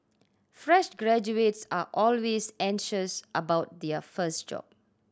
fresh graduates are always anxious about their first job